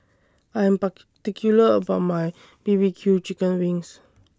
I Am particular about My B B Q Chicken Wings